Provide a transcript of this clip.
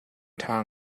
ṭha